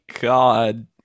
god